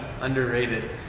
underrated